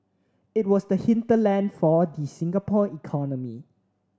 it was the hinterland for the Singapore economy